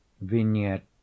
Vignette